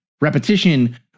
repetition